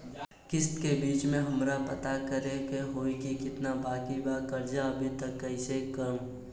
किश्त के बीच मे हमरा पता करे होई की केतना बाकी बा कर्जा अभी त कइसे करम?